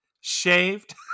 Shaved